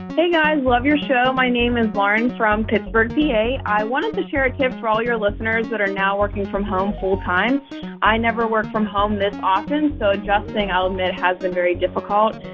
hey, guys love your show. my name is lauren from pittsburgh, p a. i wanted to share a tip for all your listeners that are now working from home full time i never worked from home this often, so adjusting, i'll admit, has been very difficult.